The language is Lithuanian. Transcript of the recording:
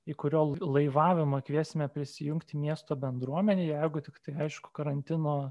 į kurio laivavimą kviesime prisijungti miesto bendruomenę jeigu tiktai aišku karantino